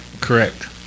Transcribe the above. Correct